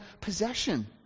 possession